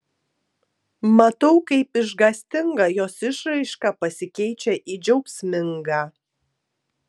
matau kaip išgąstinga jos išraiška pasikeičia į džiaugsmingą